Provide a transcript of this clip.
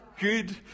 good